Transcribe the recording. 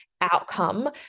outcome